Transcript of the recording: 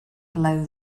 blow